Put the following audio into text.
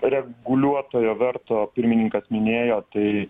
reguliuotojo verto pirmininkas minėjo tai